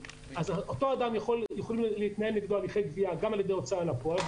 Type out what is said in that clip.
אז אותו אדם יכולים להיות נגדו הליכי גבייה גם מטעם ההוצאה לפועל,